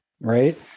right